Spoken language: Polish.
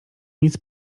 nic